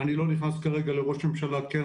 ואני לא נכנס כרגע לראש ממשלה כן,